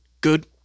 good